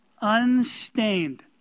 unstained